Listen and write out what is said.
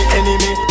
enemy